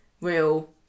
real